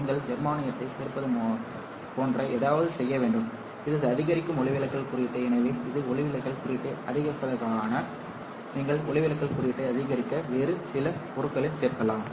நீங்கள் ஜெர்மானியத்தை சேர்ப்பது போன்ற ஏதாவது செய்ய வேண்டும் இது அதிகரிக்கும் ஒளிவிலகல் குறியீட்டு எனவே இது ஒளிவிலகல் குறியீட்டை அதிகரிப்பதற்காக நீங்கள் ஒளிவிலகல் குறியீட்டை அதிகரிக்க வேறு சில பொருட்களையும் சேர்க்கலாம்